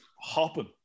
hopping